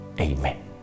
Amen